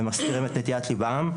ומסתירים את נטיית ליבם,